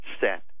set